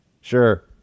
sure